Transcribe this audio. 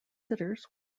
sitters